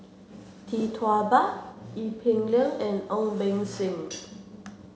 Tee Tua Ba Ee Peng Liang and Ong Beng Seng